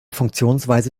funktionsweise